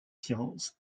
sciences